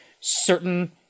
certain